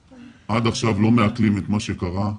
עד עכשיו אנחנו לא מעכלים את מה שקרה.